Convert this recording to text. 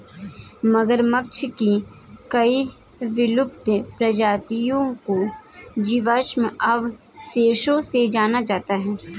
मगरमच्छ की कई विलुप्त प्रजातियों को जीवाश्म अवशेषों से जाना जाता है